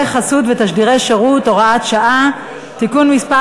חסות ותשדירי שירות) (הוראת שעה) (תיקון מס'